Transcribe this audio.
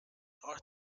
art